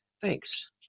thanks